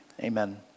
Amen